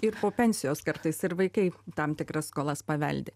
ir pensijos kartais ir vaikai tam tikras skolas paveldi